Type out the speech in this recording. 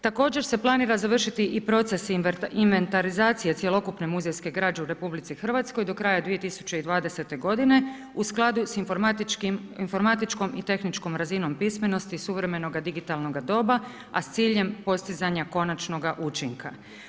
Također se planira završiti i proces invertarizacije cjelokupne muzejske građe u RH do kraja 2020. godine, u skladu s informatičkom i tehničkom razinom pismenosti suvremenoga digitalnoga doba, a s ciljem postizanja konačnoga učinka.